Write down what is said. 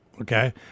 okay